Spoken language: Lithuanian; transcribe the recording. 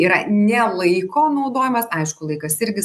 yra ne laiko naudojimas aišku laikas irgi